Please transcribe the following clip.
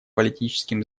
политическим